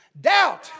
doubt